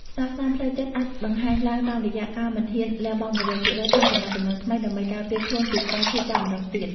ស្លាកស្នាមផ្លូវចិត្តអាចបង្ហាញឡើងតាមរយៈការមិនហ៊ានលះបង់ ១០០% ក្នុងទំនាក់ទំនងថ្មី ដើម្បីការពារខ្លួនពីការឈឺចាប់ម្តងទៀត។